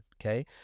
okay